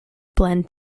blend